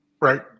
Right